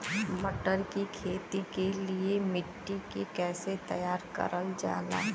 मटर की खेती के लिए मिट्टी के कैसे तैयार करल जाला?